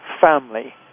family